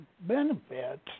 benefits